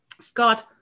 Scott